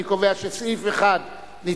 אני קובע שסעיף 1 נתקבל,